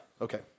okay